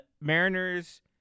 Mariners